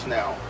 now